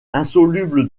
insoluble